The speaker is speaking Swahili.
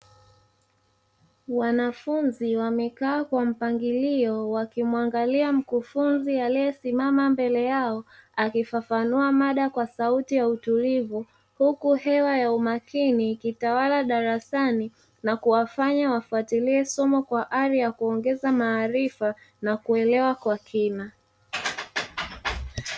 Wanafunzi wamekaa kwa mpangilio wakimwangalia mkufunzi aliyesimama mbele yao akifafanua mada kwa sauti ya utulivu, huku hewa ya umakini ikitawala darasani na kuwafanya wafuatilie somo kwa ari ya kuongeza maarifa na kuelewa kwa kina.